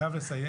חייב לסיים